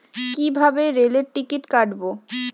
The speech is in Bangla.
কিভাবে রেলের টিকিট কাটব?